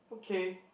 okay